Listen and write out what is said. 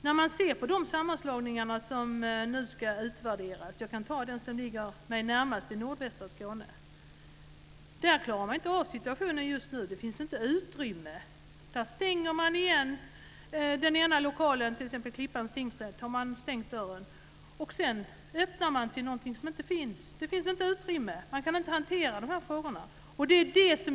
Nu ska sammanslagningarna utvärderas. Jag kan ta den som ligger mig närmast i nordvästra Skåne som exempel. Där klarar man inte av situationen just nu. Det finns inte utrymme. Där stänger man igen den ena lokalen, t.ex. Klippans tingsrätt, och sedan öppnar man till någonting som inte finns. Det finns inte utrymme. Man kan inte hantera de här frågorna.